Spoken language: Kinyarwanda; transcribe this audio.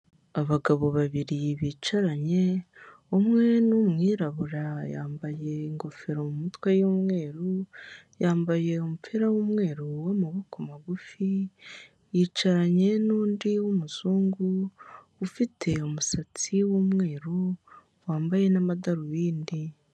Abagabo babiri bicaranye umwe ni umwirabura yambaye ingofero mu mutwe y'umweru, yambaye umupira w'umweru w'amaboko magufi yicaranye n'undi w'umuzungu ufite umusatsi w'umweru wambaye n'amadarubindi.